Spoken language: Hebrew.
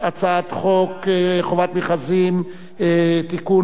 חובת המכרזים (תיקון,